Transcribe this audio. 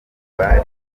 bari